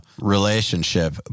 relationship